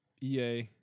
EA